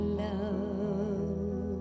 love